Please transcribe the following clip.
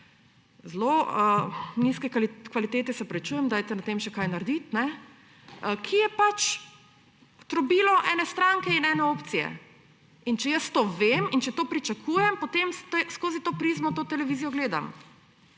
zelo nizke kvalitete – se opravičujem, dajte na tem še kaj narediti – ki je pač trobilo ene stranke in ene opcije. Če jaz to vem in če to pričakujem, potem skozi to prizmo to televizijo gledam.